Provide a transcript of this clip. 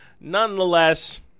nonetheless